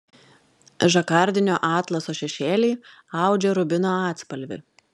žakardinio atlaso šešėliai audžia rubino atspalvį